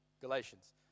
Galatians